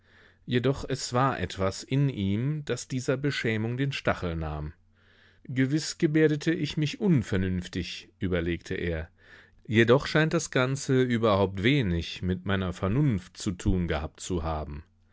jedoch es war etwas in ihm das dieser beschämung den stachel nahm gewiß gebärdete ich mich unvernünftig überlegte er jedoch scheint das ganze überhaupt wenig mit meiner vernunft zu tun gehabt zu haben